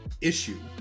issue